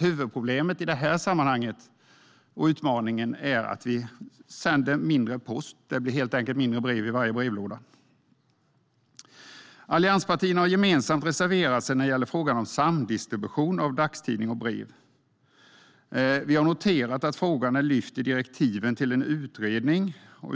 Huvudproblemet i det här sammanhanget, och utmaningen, är att vi sänder mindre mängd post. Det blir helt enkelt färre brev i varje brevlåda. Allianspartierna har gemensamt reserverat sig när det gäller frågan om samdistribution av dagstidningar och brev. Vi har noterat att frågan har lyfts fram i direktiven till en utredning.